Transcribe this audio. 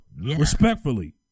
Respectfully